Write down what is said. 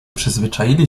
przyzwyczaili